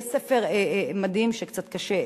יש ספר מדהים שקצת קשה לקריאה,